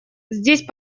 здесь